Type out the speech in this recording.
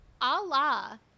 Allah